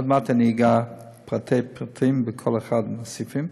עוד מעט אגע בפרטי-פרטים בכל אחד מהסעיפים,